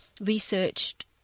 researched